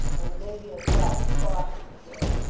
and it may be as well to be cautious with him